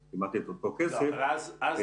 אתמול הם פרסמו נתונים מעודכנים.